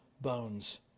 bones